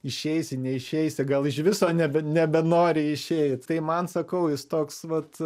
išeisi neišeisi gal iš viso nebe nebenori išeit tai man sakau jis toks vat